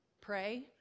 pray